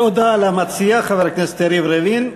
תודה למציע, חבר הכנסת יריב לוין.